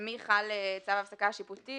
אם תביאי לי חוקים אחרים שבהם זה נמצא,